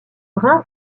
brun